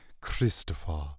Christopher